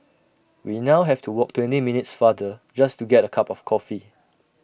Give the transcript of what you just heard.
we now have to walk twenty minutes farther just to get A cup of coffee